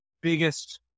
biggest